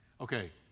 Okay